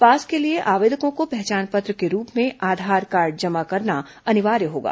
पास के लिए आवेदकों को पहचान पत्र के रूप में आधार कार्ड जमा करना अनिवार्य होगा